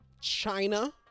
china